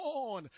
on